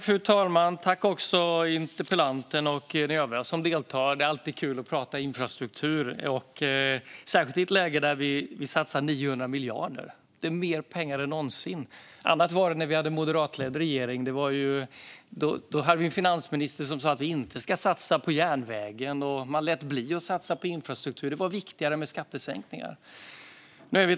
Fru talman! Jag tackar interpellanten och de övriga deltagarna. Det är alltid kul att prata infrastruktur, särskilt i ett läge där vi satsar 900 miljarder. Det är mer pengar än någonsin. Annat var det när vi hade en moderatledd regering med en finansminister som inte ville satsa på järnvägen. Man lät bli att satsa på infrastruktur. Det var viktigare med skattesänkningar.